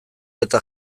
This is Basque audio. eta